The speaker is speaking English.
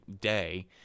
day